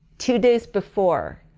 two days before,